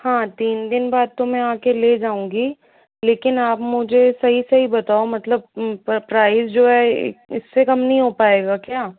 हाँ तीन दिन बाद तो मैं आकर ले जाऊंगी लेकिन आप मुझे सही सही बताओ मतलब प्राइस जो है इससे कम नहीं हो पाएगा क्या